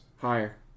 Higher